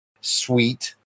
sweet